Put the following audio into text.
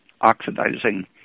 oxidizing